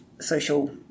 social